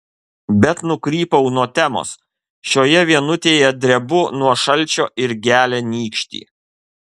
bet nukrypau nuo temos šioje vienutėje drebu nuo šalčio ir gelia nykštį